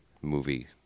movie